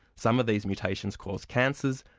some of these mutations cause cancers,